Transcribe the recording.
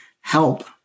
help